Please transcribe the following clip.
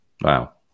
Wow